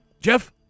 Jeff